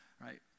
right